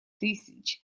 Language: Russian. тысяч